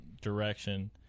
direction